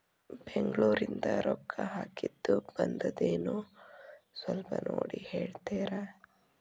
ಬೆಂಗ್ಳೂರಿಂದ ರೊಕ್ಕ ಹಾಕ್ಕಿದ್ದು ಬಂದದೇನೊ ಸ್ವಲ್ಪ ನೋಡಿ ಹೇಳ್ತೇರ?